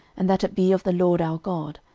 and that it be of the lord our god,